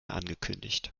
angekündigt